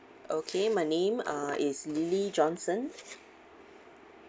okay my name uh is lily johnson